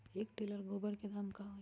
एक टेलर गोबर के दाम का होई?